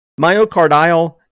Myocardial